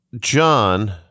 John